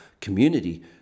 community